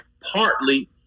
Partly